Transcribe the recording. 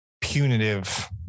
punitive